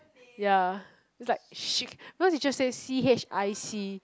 ya is like shit because he just say C H I C